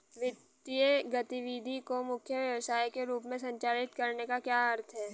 वित्तीय गतिविधि को मुख्य व्यवसाय के रूप में संचालित करने का क्या अर्थ है?